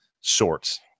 sorts